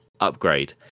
upgrade